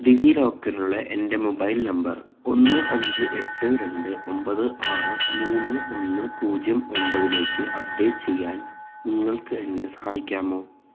ഡിജി ലോക്കറിലുള്ള എൻ്റെ mobile number ഒന്ന് അഞ്ച് എട്ട് രണ്ട് ഒമ്പത് ആറ് മൂന്ന് ഒന്ന് പൂജ്യം ഒമ്പതിലേക്ക് അപ്ഡേറ്റ് ചെയ്യാൻ നിങ്ങൾക്ക് എന്നെ സഹായിക്കാമോ